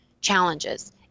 challenges